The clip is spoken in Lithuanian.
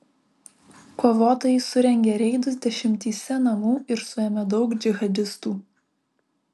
kovotojai surengė reidus dešimtyse namų ir suėmė daug džihadistų